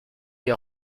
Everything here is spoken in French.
est